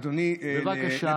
אדוני, בבקשה.